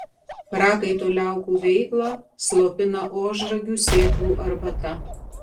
prakaito liaukų veiklą slopina ožragių sėklų arbata